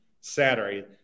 Saturday